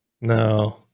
no